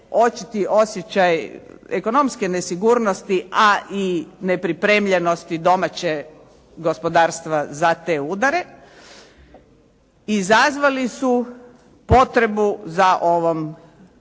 očiti osjećaj ekonomske nesigurnosti, a i nepripremljenosti domaćeg gospodarstva za te udare, izazvali su potrebu za ovom